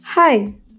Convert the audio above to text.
Hi